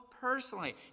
personally